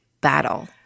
battle